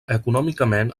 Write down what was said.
econòmicament